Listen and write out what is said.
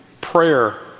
prayer